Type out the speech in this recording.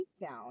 down